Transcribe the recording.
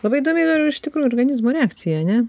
labai įdomi yra iš tikrųjų organizmo reakcija ane